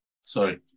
Sorry